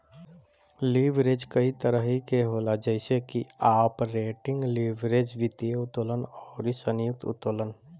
leverage कई तरही के होला जइसे की आपरेटिंग लीवरेज, वित्तीय उत्तोलन अउरी संयुक्त उत्तोलन